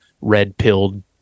red-pilled